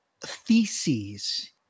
theses